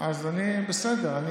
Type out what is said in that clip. בסדר.